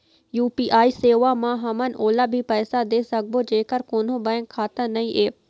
UPI सेवा म हमन ओला भी पैसा दे सकबो जेकर कोन्हो बैंक खाता नई ऐप?